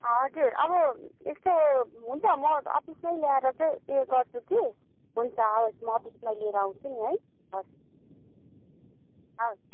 हजुर अब यस्तो हुन्छ म अफिसमै ल्याएर चाहिँ उयो गर्छु कि हुन्छ हवस् म अफिसमै लिएर आउँछु नि है हस् हवस्